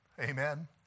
Amen